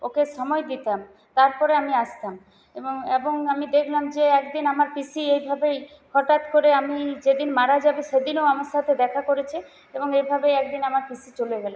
ওকে সময় দিতাম তারপরে আমি আসতাম এবং এবং আমি দেখলাম যে একদিন আমার পিসি এইভাবেই হঠাৎ করে আমি যেদিন মারা যাবে সেদিনও আমার সাথে দেখা করেছে এবং এভাবে একদিন আমার পিসি চলে গেল